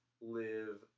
live